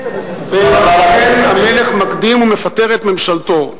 בירדן המלך מקדים ומפטר את ממשלתו.